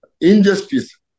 injustice